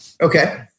Okay